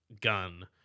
gun